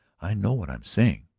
i know what i am saying.